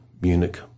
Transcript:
Munich